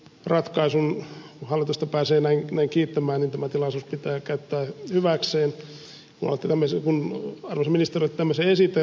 kun hallitusta pääsee näin kiittämään niin tämä tilaisuus pitää käyttää hyväkseen kun arvoisa ministeri on tämmöisen esitellyt